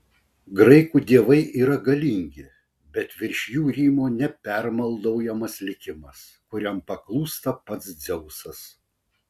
graikų dievai yra galingi bet virš jų rymo nepermaldaujamas likimas kuriam paklūsta pats dzeusas